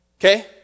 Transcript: Okay